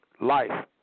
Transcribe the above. life